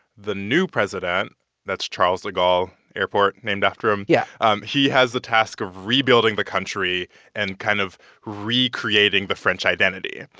the new president that's charles de gaulle, airport named after him. yeah. um he has the task of rebuilding the country and kind of recreating the french identity.